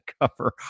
cover